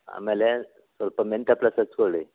ಆಮೇಲೆ ಸ್ವಲ್ಪ ಮೆಂತಪ್ಲಸ್ ಹಚ್ಕೊಳ್ಳಿ